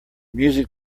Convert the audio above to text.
music